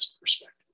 perspective